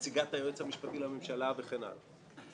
נציגת היועץ המשפטי לממשלה וכן הלאה.